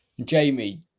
Jamie